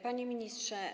Panie Ministrze!